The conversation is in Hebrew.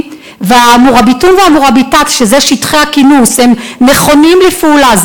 זה נראה לך הגיוני?